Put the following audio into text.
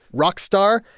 rock star.